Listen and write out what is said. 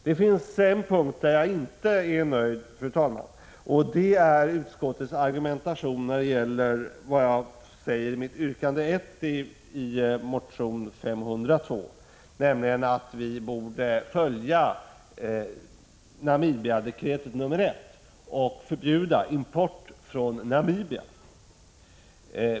Det finns en punkt där jag inte är nöjd, fru talman, och det är utskottets argumentation beträffande yrkande 1 i min motion US502, där jag säger att Sverige borde följa Namibiadekretet nr 1 och förbjuda import från Namibia.